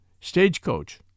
Stagecoach